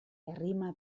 errima